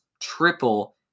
triple